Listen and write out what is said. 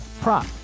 prop